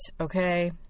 Okay